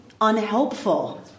unhelpful